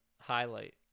highlight